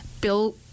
bill